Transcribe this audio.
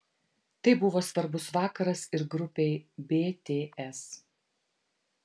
tai buvo svarbus vakaras ir grupei bts